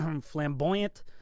flamboyant